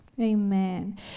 Amen